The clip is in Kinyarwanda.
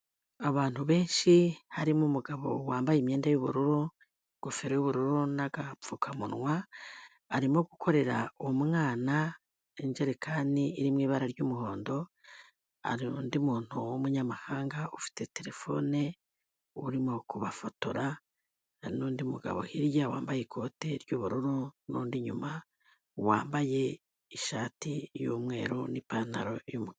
Abantu benshi harimo umugabo wambaye imyenda y'ubururu, igofero y'ubururu n'agapfukamunwa, arimo gukorera umwana ijerekani iri mu ibara ry'umuhondo, hari undi muntu w'umunyamahanga ufite terefone, urimo kubafotora, hari n'undi mugabo hirya wambaye ikote ry'ubururu, n'undi inyuma wambaye ishati y'umweru n'ipantaro y'umukara.